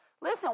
Listen